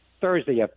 Thursday